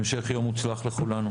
המשך יום מוצלח לכולנו.